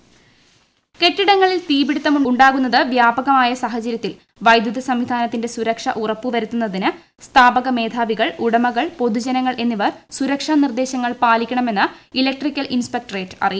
തീപിടുത്തം സുരക്ഷ കെട്ടിടങ്ങളിൽ തീപിടുത്തമുണ്ടാകുന്നത് വ്യാപകമായ സാഹചര്യത്തിൽ വൈദ്യുത സംവിധാനത്തിന്റെ സുരക്ഷ ഉറപ്പുവരുത്തുന്നതിന് സ്ഥാപന മേധാവികൾ ഉടമകൾ പൊതുജനങ്ങൾ എന്നിവർ സുരക്ഷാനിർദ്ദേശങ്ങൾ പാലിക്കണമെന്ന് ഇലക്ട്രിക്കൽ ഇൻസ്പെക്ടറേറ്റ് അറിയിച്ചു